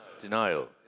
denial